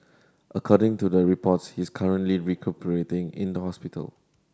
according to the reports he's currently recuperating in the hospital